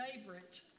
favorite